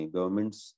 Governments